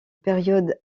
période